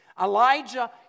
Elijah